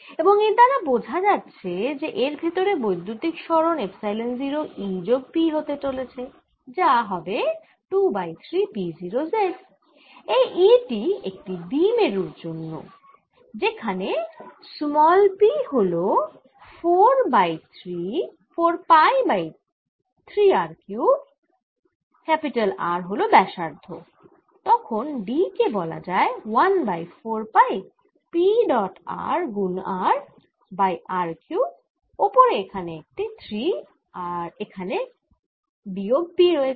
এবং এর দ্বারা বোঝা যাচ্ছে যে ভেতরে বৈদ্যুতিক সরণ এপসাইলন 0 E যোগ P হতে চলেছে যা 2 বাই 3 P0z এই E টি একটি দ্বিমেরুর জন্য যেখানে p হল 4 pi by 3 R cube R হল ব্যাসার্ধ তখন D কে বলা যায় 14 পাই p ডট r গুন r বাই r কিউব ওপরে এখানে একটি 3 আর এখানে বিয়োগ p রয়েছে